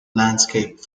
landscape